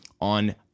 on